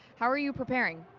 how are you preparing?